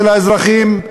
של האזרחים,